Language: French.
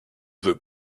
veut